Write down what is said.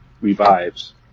revives